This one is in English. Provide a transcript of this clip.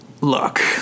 look